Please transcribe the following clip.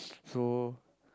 so